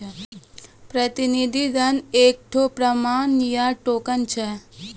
प्रतिनिधि धन एकठो प्रमाण पत्र या टोकन छै